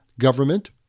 government